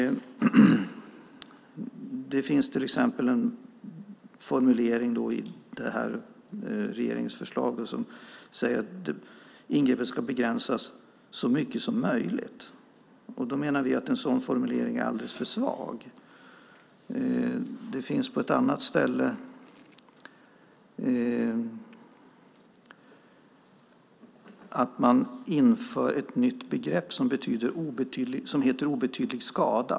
Det finns till exempel en formulering i regeringens förslag som säger att ingreppet ska begränsas så mycket som möjligt. Vi menar att en sådan formulering är alldeles för svag. På ett annat ställe införs ett nytt begrepp som heter obetydlig skada.